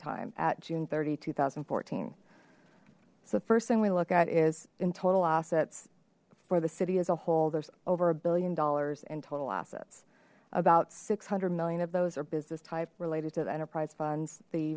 time at june thirty two thousand and fourteen so the first thing we look at is in total assets for the city as a whole there's over a billion dollars in total assets about six hundred million of those are business type related to the enterprise funds the